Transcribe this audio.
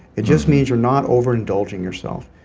it just means you're not over indulging yourself.